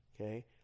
Okay